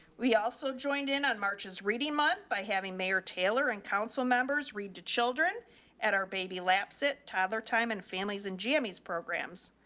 we also joined in on march's reading month by having mayor taylor and council members read to children at our baby lapse it toddler time and families and gmes programs.